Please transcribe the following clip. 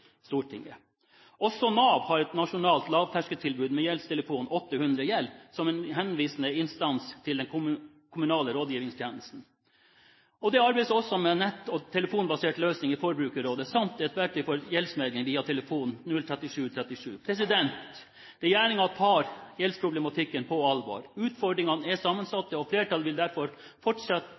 Også Nav har et nasjonalt lavterskeltilbud med gjeldstelefon – 800GJELD – som en henvisende instans til den kommunale rådgivningstjenesten. Det arbeides også med en nett- og telefonbasert løsning i Forbrukerrådet samt et verktøy for gjeldsmegling via telefonnummer 03737. Regjeringen tar gjeldsproblematikken på alvor. Utfordringene er sammensatte, og flertallet vil derfor